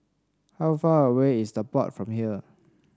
how far away is The Pod from here